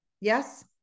Yes